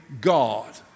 God